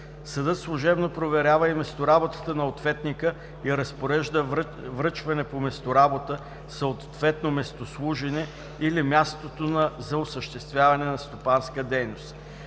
„Съдът служебно проверява и местоработата на ответника и разпорежда връчване по местоработата, съответно местослуженето или мястото за осъществяване на стопанска дейност.“